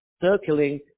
circling